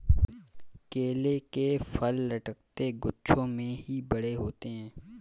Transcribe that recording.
केले के फल लटकते गुच्छों में ही बड़े होते है